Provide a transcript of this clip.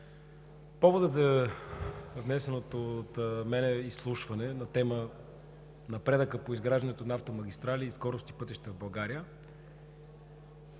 Поводът за внесеното от мен изслушване на тема „Напредъкът по изграждането на автомагистрали и скоростни пътища в България“